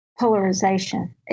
polarization